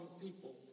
people